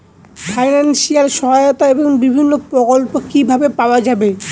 Financial সহায়তা এবং বিভিন্ন প্রকল্প কিভাবে পাওয়া যাবে?